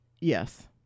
Yes